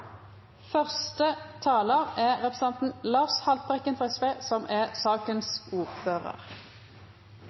Første taler er Christian Torset, som holder innlegg for sakens ordfører.